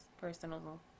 personal